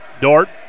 Dort